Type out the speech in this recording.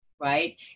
right